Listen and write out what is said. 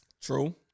True